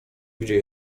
gdzie